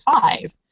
five